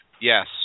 yes